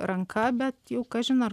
ranka bet jau kažin ar